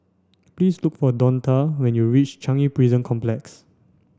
please look for Donta when you reach Changi Prison Complex